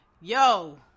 Yo